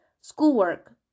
schoolwork